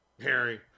Harry